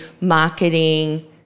marketing